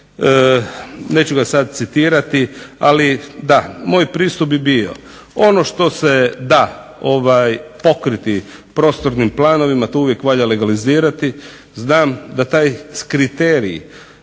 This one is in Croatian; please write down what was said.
neću ga sada citirati ali da, moj pristup bi bio ono što se da pokriti prostornim planovima to uvijek valja legalizirati. Znam da taj kriterij